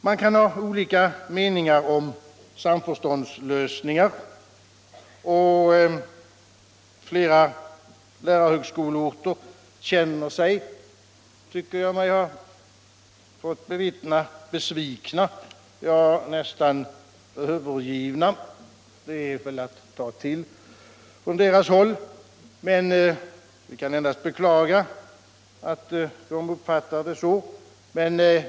Man kan ha olika meningar om samförståndslösningar, och jag tycker mig ha fått bevittna att man på flera lärarhögskoleorter känner sig besviken — ja, nästan övergiven. Det är väl att ta till något från deras håll, och vi kan endast beklaga att de uppfattar det så.